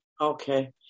Okay